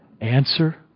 Answer